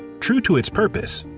true to its purpose,